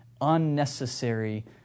unnecessary